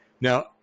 Now